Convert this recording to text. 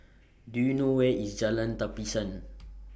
Do YOU know Where IS Jalan Tapisan